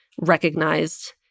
recognized